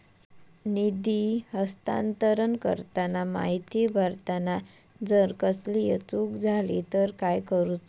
निधी हस्तांतरण करताना माहिती भरताना जर कसलीय चूक जाली तर काय करूचा?